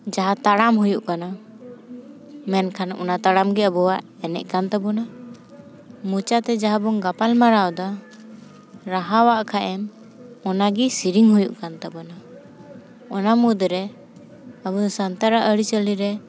ᱡᱟᱦᱟᱸ ᱛᱟᱲᱟᱢ ᱦᱩᱭᱩᱜ ᱠᱟᱱᱟ ᱢᱮᱱᱠᱷᱟᱱ ᱚᱱᱟ ᱛᱟᱲᱟᱢ ᱜᱮ ᱟᱵᱚᱣᱟᱜ ᱮᱱᱟᱡ ᱠᱟᱱ ᱛᱟᱵᱚᱱᱟ ᱢᱚᱪᱟ ᱛᱮ ᱡᱟᱦᱟᱸ ᱵᱚᱱ ᱜᱟᱯᱟᱞ ᱢᱟᱨᱟᱣᱫᱟ ᱨᱟᱦᱟᱣᱟᱜ ᱠᱷᱟᱡ ᱮᱢ ᱚᱱᱟᱜᱮ ᱥᱮᱨᱮᱧ ᱦᱩᱭᱩᱜ ᱠᱟᱱ ᱛᱟᱵᱚᱱᱟ ᱚᱱᱟ ᱢᱩᱫᱽᱨᱮ ᱟᱵᱚᱫᱚ ᱥᱟᱱᱛᱟᱲᱟᱜ ᱟᱹᱨᱤᱪᱟᱹᱞᱤ ᱨᱮ